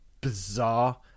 bizarre